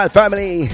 family